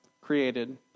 created